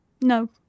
No